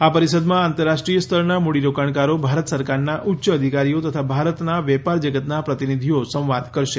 આ પરિષદમાં આંતરરાષ્ટ્રીય સ્તરના મૂડીરોકાણકારો ભારત સરકારના ઉચ્ય અધિકારીઓ તથા ભારતના વેપાર જગતના પ્રતિનિધિઓ સંવાદ કરશે